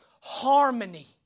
harmony